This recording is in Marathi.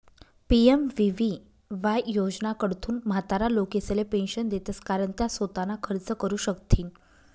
पी.एम.वी.वी.वाय योजनाकडथून म्हातारा लोकेसले पेंशन देतंस कारण त्या सोताना खर्च करू शकथीन